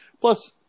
plus